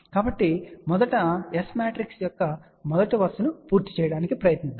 కాబట్టి మొదట ఈ S మ్యాట్రిక్స్ యొక్క మొదటి వరుసను పూర్తి చేయడానికి ప్రయత్నిద్దాం